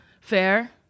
Fair